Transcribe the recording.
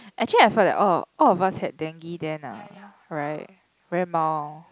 actually I felt that all all of us had dengue then ah right very mild